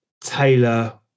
Taylor